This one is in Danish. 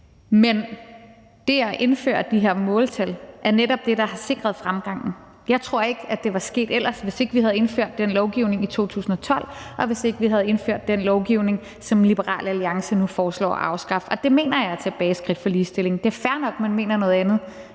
Men det at indføre de her måltal er netop det, der har sikret fremgangen. Jeg tror ikke, det var sket ellers, hvis ikke vi havde indført den lovgivning i 2012, og hvis ikke vi havde indført den lovgivning, som Liberal Alliance nu foreslår at afskaffe, og det mener jeg er et tilbageskridt for ligestillingen. Det er fair nok, at man mener noget andet